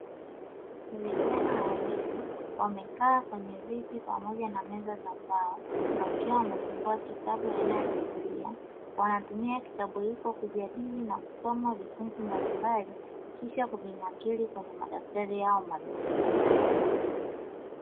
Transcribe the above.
Vijana wawili wamekaa kwenye viti pamoja na meza za mbao, wakiwa wamefungua kitabu aina ya biblia. Wanatumia kitabu hicho kujadili na kusoma vifungu mbalimbali kisha kuvinakiri kwenye madaftari yao madogo.